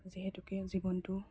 যিহেতুকে জীৱনটো